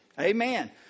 Amen